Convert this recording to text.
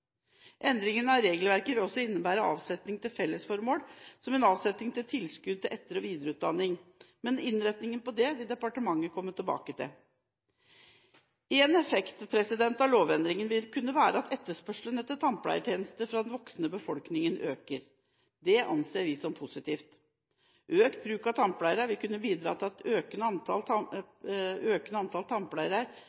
Endringen av regelverket vil også innebære avsetning til fellesformål, som en avsetning til tilskudd til etter- og videreutdanning. Men innretningen på det vil departementet komme tilbake til. En effekt av lovendringen vil kunne være at etterspørselen etter tannpleietjenester fra den voksne befolkningen øker. Det anser vi som positivt. Økt bruk av tannpleiere vil kunne bidra til at et økende antall